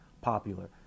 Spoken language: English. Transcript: popular